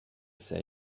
same